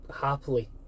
Happily